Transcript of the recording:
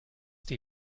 die